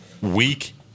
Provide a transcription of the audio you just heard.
weak